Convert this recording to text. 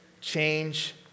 change